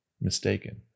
mistaken